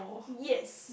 yes